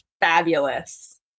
fabulous